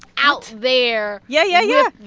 out there. yeah, yeah, yeah.